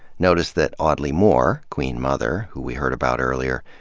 notice that audley moore, queen mother, who we heard about earlier,